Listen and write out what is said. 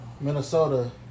Minnesota